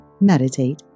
meditate